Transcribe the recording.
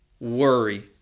Worry